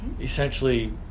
essentially